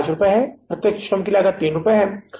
यह 5 रुपये है और प्रत्यक्ष श्रम 3 रुपये है